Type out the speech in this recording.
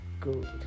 good